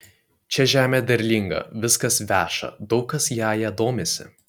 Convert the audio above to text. čia žemė derlinga viskas veša daug kas jąja domisi